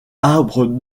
arbre